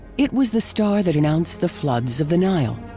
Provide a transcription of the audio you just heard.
it was the star that announced the floods of the nile.